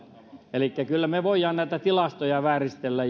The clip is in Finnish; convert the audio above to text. elikkä kyllä me voimme näitä tilastoja vääristellä